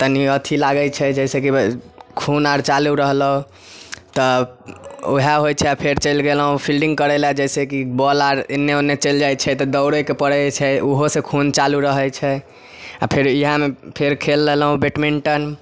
तनी अथी लागै छै जैसेकी खून आर चालू रहलौ तऽ वएह होइ छै आ फेर चैल गेलहुॅं फिल्डिंग करैलए जैसेकी बाॅल आर एन्ने ओन्ने चलि जाइ छै तऽ दौड़ैके पड़ै छै ओहो से खून चालू रहै छै आ फेर इएहमे फेर खेल लेलहुॅं बैडमिन्टन